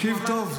תקשיב טוב,